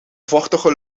vochtige